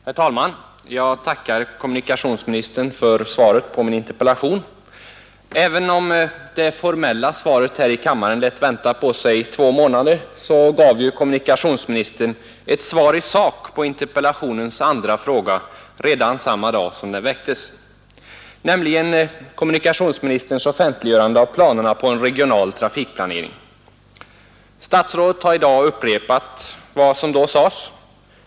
Herr talman! Jag tackar kommunikationsministern för svaret på min interpellation. Även om det formella svaret här i kammaren lät vänta på sig i två månader gav ju kommunikationsministern ett svar i sak på interpellationens andra fråga redan samma dag som den framställdes, nämligen när han offentliggjorde planerna på en regional trafikplanering. Statsrådet har i dag upprepat vad som då sades.